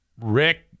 Rick